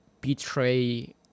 betray